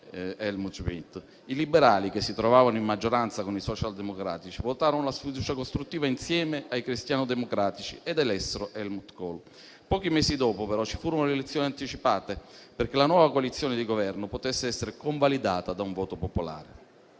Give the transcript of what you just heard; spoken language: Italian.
i liberali, che si trovavano in maggioranza con i socialdemocratici, votarono la sfiducia costruttiva insieme ai cristianodemocratici ed elessero Helmut Kohl. Pochi mesi dopo, però, ci furono le elezioni anticipate perché la nuova coalizione di Governo potesse essere convalidata da un voto popolare.